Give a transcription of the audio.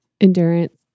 Endurance